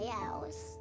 house